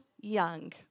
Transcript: young